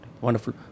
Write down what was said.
Wonderful